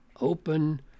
open